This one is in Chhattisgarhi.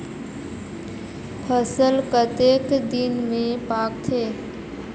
फसल कतेक दिन मे पाकथे?